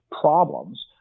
problems